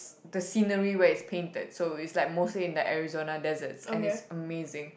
the scenery where it's painted so it's like mostly in the Arizona deserts and it's amazing